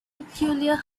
peculiar